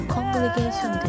Congregation